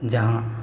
ᱡᱟᱦᱟᱸ